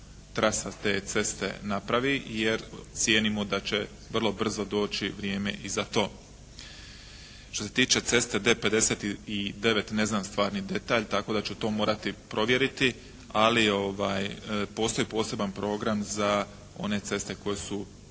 trasa te ceste napravi, jer cijenimo da će vrlo brzo doći vrijeme i za to. Što se tiče ceste D59 ne znam stvarni detalj, tako da ću to morati provjeriti. Ali postoji poseban program za one ceste koje su